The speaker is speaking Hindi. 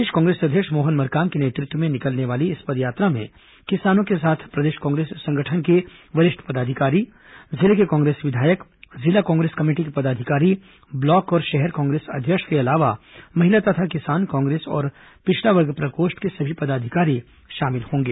प्रदेश कांग्रेस अध्यक्ष मोहन मरकाम के नेतृत्व में निकलने वाली इस पदयात्रा में किसानों के साथ प्रदेश कांग्रेस संगठन के वरिष्ठ पदाधिकारी जिले के कांग्रेस विधायक जिला कांग्रेस कमेटी के पदाधिकारी ब्लॉक और शहर कांग्रेस अध्यक्ष के अलावा महिला तथा किसान कांग्रेस और पिछड़ा वर्ग प्रकोष्ठ के सभी पदाधिकारी शामिल होंगे